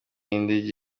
y’indege